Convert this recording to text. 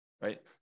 right